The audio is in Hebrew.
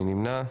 2 נמנעים,